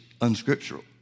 unscriptural